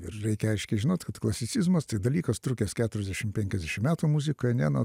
reikia aiškiai žinot kad klasicizmas tai dalykas trukęs keturiasdešim penkiasdešim metų muzika ne nuo